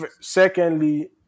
Secondly